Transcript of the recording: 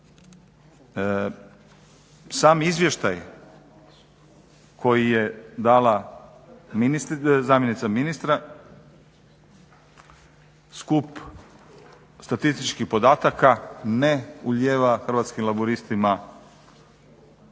Sam izvještaj koji je dala zamjenica ministra skup statističkih podataka ne ulijeva Hrvatskim laburistima, ne